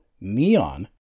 Neon